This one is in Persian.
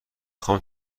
خوام